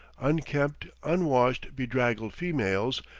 unkempt, unwashed, bedraggled females,